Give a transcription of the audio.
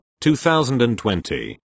2020